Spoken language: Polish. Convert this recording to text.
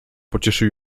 pocieszył